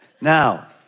Now